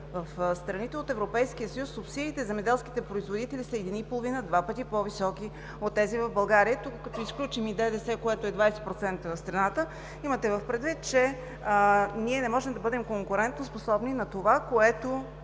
В страните от Европейския съюз субсидиите за земеделските производители са 1,5 – 2 пъти по-високи от тези в България. Тук като изключим и ДДС, което е 20% в страната, имате предвид, че не можем да бъдем конкурентоспособни на това, с което